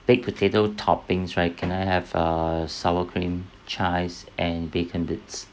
baked potato toppings right can I have err sour cream chives and bacon bits